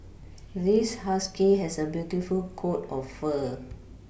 this husky has a beautiful coat of fur